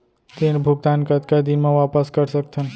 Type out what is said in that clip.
ऋण भुगतान कतका दिन म वापस कर सकथन?